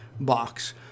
box